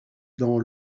dans